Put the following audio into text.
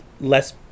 less